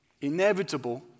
Inevitable